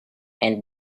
and